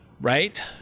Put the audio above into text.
Right